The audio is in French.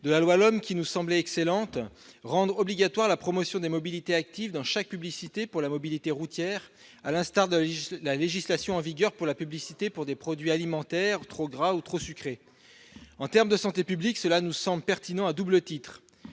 de loi qui nous semblait excellente : rendre obligatoire la promotion des mobilités actives dans chaque publicité pour la mobilité routière, à l'instar de la législation en vigueur relative à la publicité en faveur de produits alimentaires trop gras ou trop sucrés. En termes de santé publique, une telle démarche nous semble pertinente à double titre.